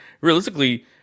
realistically